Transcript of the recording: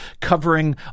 covering